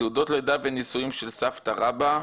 תעודות לידה ונישואים של סבתא רבא,